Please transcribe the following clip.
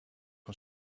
een